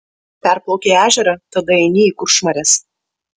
perplaukei ežerą tada eini į kuršmares